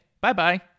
bye-bye